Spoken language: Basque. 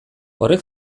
horrek